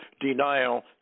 denial